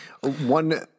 One